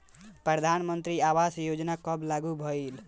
प्रधानमंत्री आवास योजना कब लागू भइल?